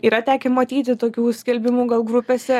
yra tekę matyti tokių skelbimų gal grupėse